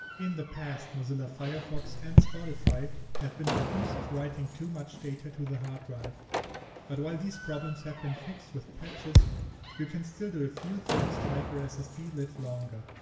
in the past, mozilla firefox and spotify have been accused of writing too much data to the hard drive but while these problems have been fixed with patches you can still do a few things to make your ssd live longer.